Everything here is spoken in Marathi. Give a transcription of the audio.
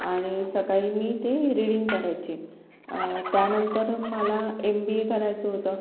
आणि सकाळी मी ते रीडिंग करायची त्यानंतर मला एमबीए करायचं होतं